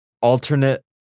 alternate